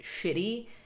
shitty